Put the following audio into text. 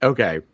Okay